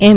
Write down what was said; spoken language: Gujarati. એમ